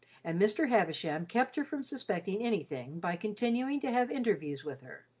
and mr. havisham kept her from suspecting anything by continuing to have interviews with her,